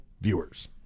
viewers